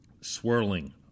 swirling